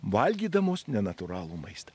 valgydamos nenatūralų maistą